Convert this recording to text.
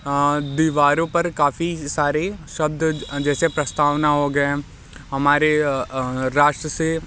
दीवारों पर काफ़ी सारे शब्द जैसे प्रस्तावना हो गए हैं हमारे राष्ट्र से